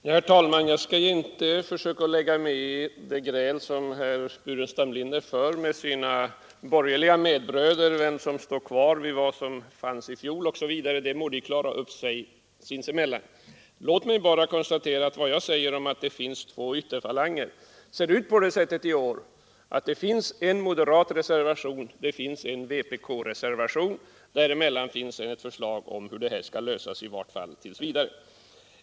Herr talman! Jag skall inte lägga mig i det gräl som herr Burenstam Linder för med sina borgerliga medbröder om vem som står kvar vid vad som fanns i fjol osv. Det må de klara upp sinsemellan. När jag säger att det finns två ytterfalanger är det för att det i år finns en moderat reservation och en vpk-reservation. Däremellan finns ett förslag om hur dessa frågor skall lösas, i vart fall tills vidare.